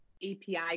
API